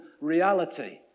reality